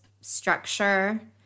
structure